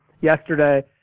yesterday